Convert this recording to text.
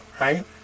right